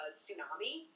tsunami